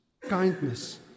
kindness